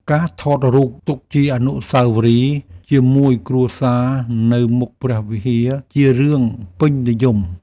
ការថតរូបទុកជាអនុស្សាវរីយ៍ជាមួយគ្រួសារនៅមុខព្រះវិហារ ជារឿងពេញនិយម។